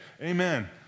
Amen